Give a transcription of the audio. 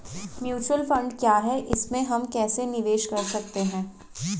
Mutual fund क्या है इसमें हम कैसे निवेश कर सकते हैं?